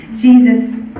Jesus